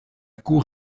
cour